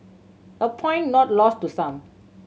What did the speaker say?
a point not lost to some